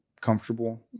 comfortable